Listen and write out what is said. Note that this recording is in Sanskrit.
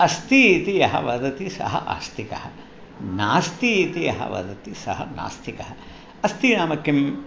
अस्ति इति यः वदति सः आस्तिकः नास्ति इति यः वदति सः नास्तिकः अस्ति नाम किम्